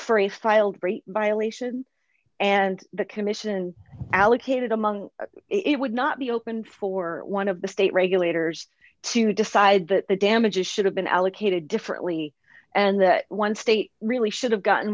rate violation and the commission allocated among it would not be open for one of the state regulators to decide that the damages should have been allocated differently and that one state really should have gotten